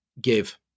give